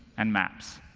and maps.